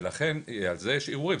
ולכן על זה יש ערעורים,